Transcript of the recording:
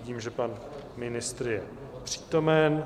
Vidím, že pan ministr je přítomen.